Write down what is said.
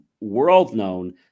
world-known